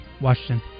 Washington